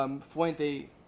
Fuente